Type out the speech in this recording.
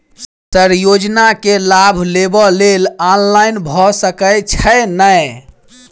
Sir योजना केँ लाभ लेबऽ लेल ऑनलाइन भऽ सकै छै नै?